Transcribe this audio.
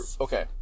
Okay